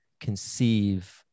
conceive